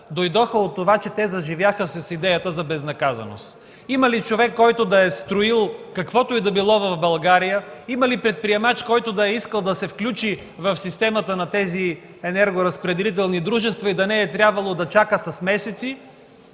дойдоха от това, че те заживяха с идеята за безнаказаност. Има ли човек, който да е строил каквото и да било в България; има ли предприемач, който да е искал да се включи в системата на енергоразпределителните дружества и да не е трябвало да чака с месеци,